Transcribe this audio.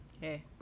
hey